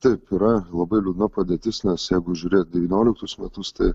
taip yra labai liūdna padėtis nes jeigu žiūrėt devynioliktus metus tai